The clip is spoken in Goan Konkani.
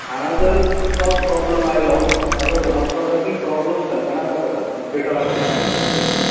हांगा जर तोच प्रोबलम आयलो जाल्यार समजपाचो की प्रोबलम संगटनाक आसा कम्प्युटराक आसा ओके